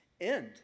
end